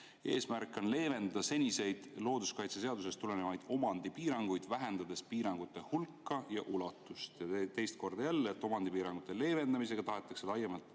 eesmärk on leevendada seniseid looduskaitseseadusest tulenevaid omandipiiranguid, vähendades piirangute hulka ja ulatust, ja teist korda jälle, et omandipiirangute leevendamisega tagatakse laiemalt